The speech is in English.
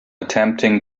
attempting